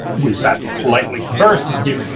we sat and politely conversed and he